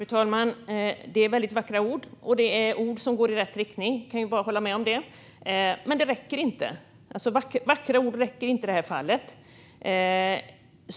Fru talman! Det är väldigt vackra ord, och det är ord som går i rätt riktning. Jag kan bara hålla med om det. Men det räcker inte. Vackra ord räcker alltså inte i detta fall.